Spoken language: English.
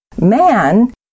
Man